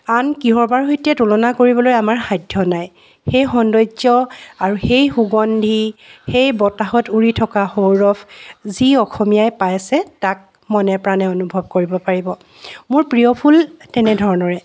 আন কিহবাৰ সৈতে তুলনা কৰিবলৈ আমাৰ সাধ্য নাই সেই সৌন্দৰ্য আৰু সেই সুগন্ধি সেই বতাহত উৰি থকা সৌৰভ যি অসমীয়াই পাইছে তাক মনে প্ৰাণে অনুভৱ কৰিব পাৰিব মোৰ প্ৰিয় ফুল তেনেধৰণৰে